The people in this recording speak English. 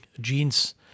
genes